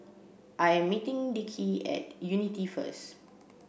I am meeting Dickie at Unity first